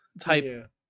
type